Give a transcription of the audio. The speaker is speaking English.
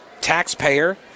taxpayer